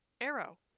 arrow